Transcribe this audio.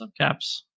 subcaps